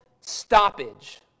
stoppage